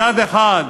מצד אחד